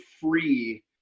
free